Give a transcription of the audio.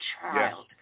child